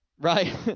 right